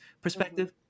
perspective